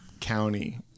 county